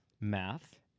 math